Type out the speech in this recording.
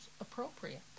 appropriate